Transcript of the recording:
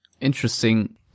Interesting